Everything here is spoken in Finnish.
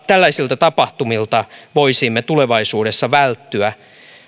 tällaisilta tapahtumilta voisimme tulevaisuudessa välttyä